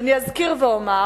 ואני אזכיר ואומר